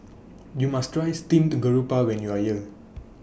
YOU must Try Steamed Garoupa when YOU Are here